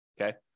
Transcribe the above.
Okay